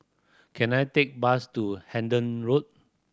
can I take bus to Hendon Road